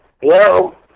Hello